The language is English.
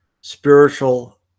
spiritual